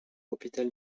hôpital